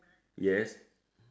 yes